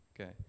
okay